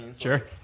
Sure